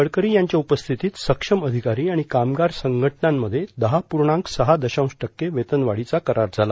गडकरी यांच्या उपस्थितीत सक्षम अधिकारी आणि कामगार संघटनांमध्ये दहा पूर्णाक सहा दशांश टक्के वेतनवाढीचा करार झाला